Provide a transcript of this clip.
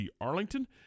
Arlington